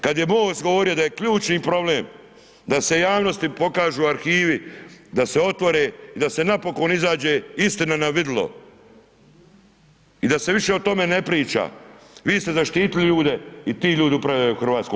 Kad je MOST govorio da je ključni problem da se javnosti pokažu arhivi, da se otvore i da se napokon izađe istina na vidjelo i da se više o tome ne priča, vi ste zaštitili ljude i ti ljudi upravljaju Hrvatskom.